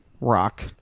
rock